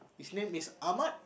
his name is ahmad